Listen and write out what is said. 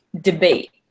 debate